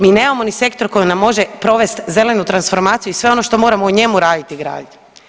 Mi nemamo ni sektor koji nam može provesti zelenu transformaciju i sve ono što moramo u njemu raditi u graditi.